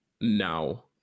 now